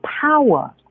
power